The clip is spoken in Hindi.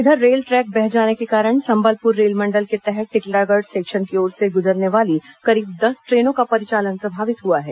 इधर रेल ट्रैक बह जाने के कारण संबलपुर रेलमंडल के तहत टिटलागढ़ सेक्शन की ओर से गुजरने वाली करीब दस ट्रेनों का परिचालन प्रभावित हुआ है